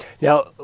Now